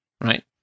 right